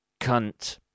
cunt